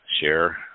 share